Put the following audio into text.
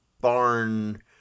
barn